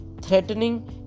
threatening